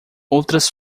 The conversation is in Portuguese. outras